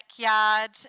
backyard